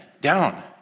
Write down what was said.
down